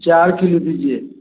चार किलो दीजिए